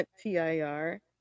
TIR